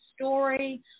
story